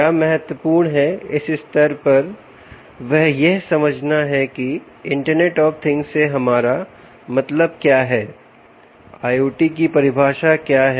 क्या महत्वपूर्ण है इस स्तर पर वह यह समझना है कि इंटरनेट ऑफ थिंग्स से हमारा मतलब क्या है IOT की परिभाषा क्या है